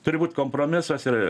turi būt kompromisas ir